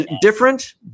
different